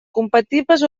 compatibles